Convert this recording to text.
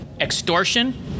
extortion